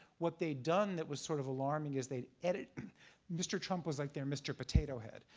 what they done that was sort of alarming is they'd edit mr. trump was like their mr. potato head.